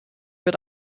wird